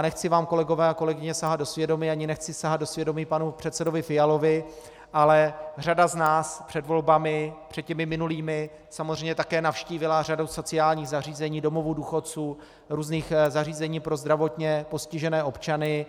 Nechci vám, kolegové a kolegyně, sahat do svědomí ani nechci sahat do svědomí panu předsedovi Fialovi, ale řada z nás před minulými volbami samozřejmě také navštívila řadu sociálních zařízení, domovů důchodců, různých zařízení pro zdravotně postižené občany.